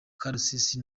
karusisi